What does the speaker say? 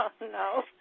no